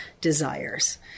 desires